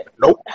Nope